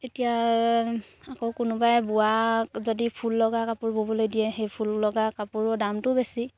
এতিয়া আকৌ কোনোবাই বোৱা যদি ফুল লগা কাপোৰ ব'বলৈ দিয়ে সেই ফুল লগা কাপোৰৰ দামটোও বেছি